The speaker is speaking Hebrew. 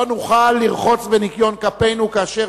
לא נוכל לרחוץ בניקיון כפינו כאשר